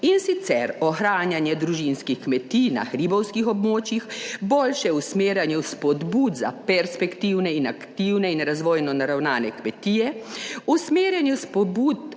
in sicer ohranjanje družinskih kmetij na hribovskih območjih, boljše usmerjanju spodbud za perspektivne in aktivne in razvojno naravnane kmetije, usmerjanju spodbud